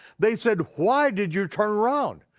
they said why did you turn around?